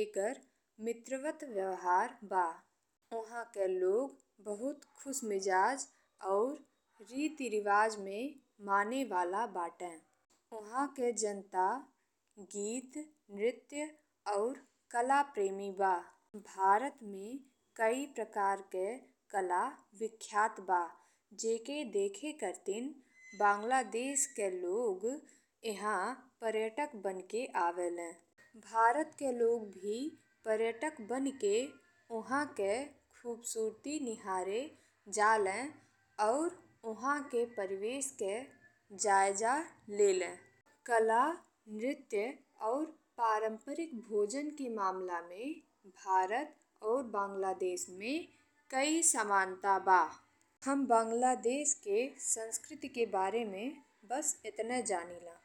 एकर मित्रवत व्यवहार बा। उहाँ लोग बहुत खुशमिजाज और रीति रिवाज में माने वाला बाटे। उहाँ जनता गीत, नृत्य और कलाप्रेमी बा। भारत में कई प्रकार के कला विख्यात बा जेके देखे खातिर बांग्लादेश के लोग एहां पर्यटक बन के आवेले। भारत के लोग भी पर्यटक बनी के ओहाके खूबसूरती निहारे जाले और ओहाके परिवेश के जायजा लेले। कला, नृत्य और पारंपरिक भोजन के मामला में भारत और बांग्लादेश में कई समानता बा। हम बांग्लादेश के संस्कृति के बारे में बस इतना जानीला।